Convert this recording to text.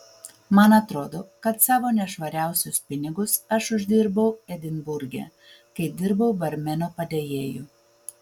man atrodo kad savo nešvariausius pinigus aš uždirbau edinburge kai dirbau barmeno padėjėju